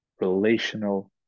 relational